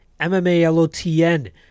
MMALOTN